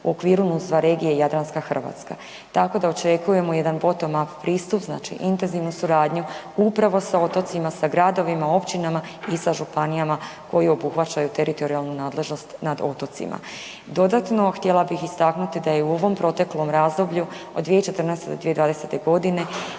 u okviru NUTS 2 regije Jadranska Hrvatska. Tako da očekujemo jedan bottom up pristup znači intenzivnu suradnju upravo sa otocima sa gradovima, općinama i sa županijama koje obuhvaćaju teritorijalnu nadležnost nad otocima. Dodatno, htjela bih istaknuti da je u ovom proteklom razdoblju od 2014.-2020. godine